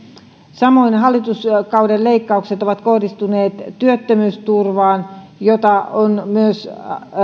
samoin hallituskauden leikkaukset ovat kohdistuneet työttömyysturvaan jota on myös